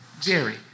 Jerry